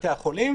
בתי החולים,